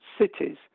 cities